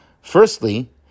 Firstly